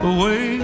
Away